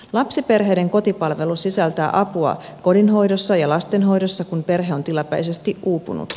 lapsiperheiden kotipalvelu sisältää apua kodinhoidossa ja lastenhoidossa kun perhe on tilapäisesti uupunut